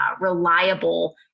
reliable